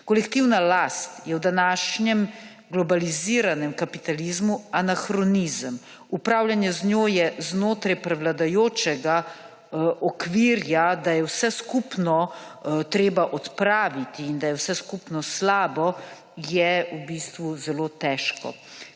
Kolektivna last je v današnjem globaliziranem kapitalizmu anahronizem, upravljanje z njo je znotraj prevladujočega okvira, da je vse skupno treba odpraviti in da je vse skupno slabo, je v bistvu zelo težko.